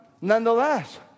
nonetheless